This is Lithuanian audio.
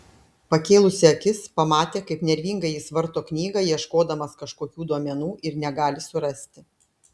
pakėlusi akis pamatė kaip nervingai jis varto knygą ieškodamas kažkokių duomenų ir negali surasti